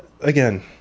Again